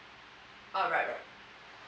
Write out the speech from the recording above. oh right right